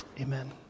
amen